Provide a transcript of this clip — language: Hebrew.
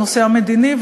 בנושא המדיני,